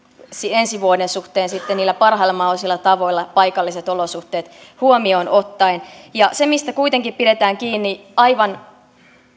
ensi vuoden suhteen niillä parhailla mahdollisilla tavoilla paikalliset olosuhteet huomioon ottaen se mistä kuitenkin pidetään kiinni aivan